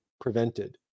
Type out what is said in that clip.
prevented